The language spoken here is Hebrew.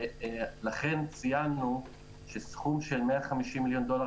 ולכן ציינו שסכום של 150 מיליון דולר